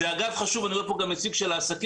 אני רואה פה גם נציג של העסקים,